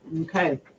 Okay